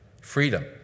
Freedom